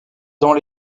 dans